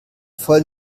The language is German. voll